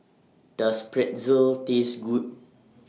Does Pretzel Taste Good